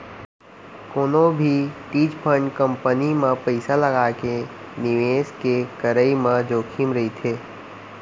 कोनो भी chit fund company म पइसा लगाके निवेस के करई म जोखिम रहिथे